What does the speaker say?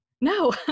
no